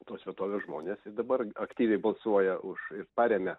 tos vietovės žmonės ir dabar aktyviai balsuoja už ir paremia